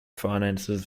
finances